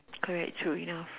correct true enough